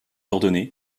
ordonné